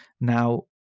Now